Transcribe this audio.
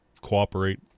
cooperate